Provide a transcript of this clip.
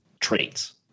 Traits